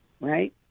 right